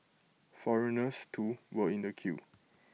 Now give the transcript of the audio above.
foreigners too were in the queue